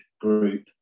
group